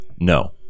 no